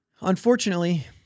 unfortunately